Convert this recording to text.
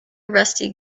rusty